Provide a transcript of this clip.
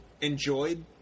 enjoyed